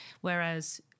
whereas